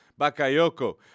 Bakayoko